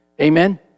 amen